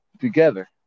together